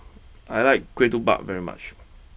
I like Ketupat very much